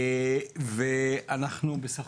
ואנחנו בסך